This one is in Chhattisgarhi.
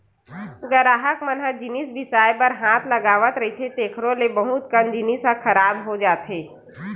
गराहक मन ह जिनिस बिसाए बर हाथ लगावत रहिथे तेखरो ले बहुत कन जिनिस ह खराब हो जाथे